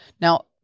Now